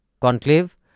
conclave